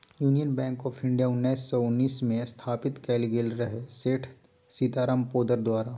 union bank of India उन्नैस सय उन्नैसमे स्थापित कएल गेल रहय सेठ सीताराम पोद्दार द्वारा